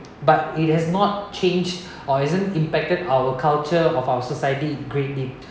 but it has not changed or isn't impacted our culture of our society greatly